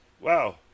Wow